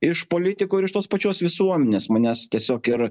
iš politikų ir iš tos pačios visuomenės manęs tiesiog yra